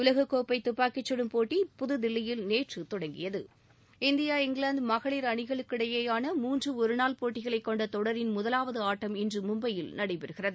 உலகக்கோப்பை துப்பாக்கி சுடும் போட்டி புதுதில்லியில் நேற்று தொடங்கியது இந்தியா இங்கிலாந்து மகளிர் அணிகளுக்கிடையேயான மூன்று ஒருநாள் போட்டிகளை கொண்ட தொடரின் முதவாவது ஆட்டம் இன்று மும்பையில் நடைபெறுகிறது